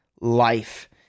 life